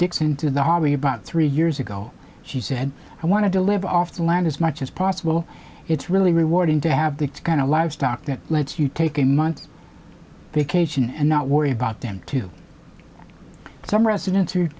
into the hobby about three years ago she said i want to live off the land as much as possible it's really rewarding to have the kind of livestock that lets you take a month vacation and not worry about them to some residents